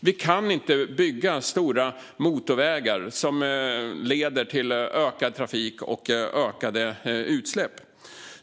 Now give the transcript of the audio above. Vi kan inte bygga stora motorvägar som leder till ökad trafik och ökade utsläpp.